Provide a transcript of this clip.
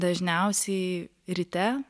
dažniausiai ryte